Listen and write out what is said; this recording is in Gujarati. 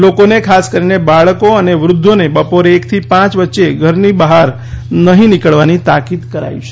લોકોને ખાસ કરીને બાળકો અને વૃદ્ધોને બપોરે એક થી પાંચ વચ્ચે ઘરની બહાર નહિ નીકળવાની તાકીદ કરાઇ છે